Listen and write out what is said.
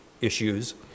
issues